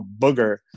booger